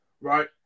right